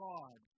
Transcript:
God